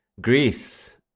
Greece